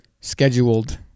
scheduled